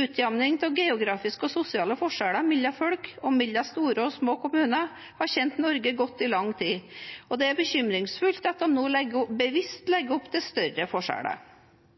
Utjevning av geografiske og sosiale forskjeller mellom folk og mellom store og små kommuner har tjent Norge godt i lang tid, og det er bekymringsfullt at de nå bevisst legger opp til større forskjeller.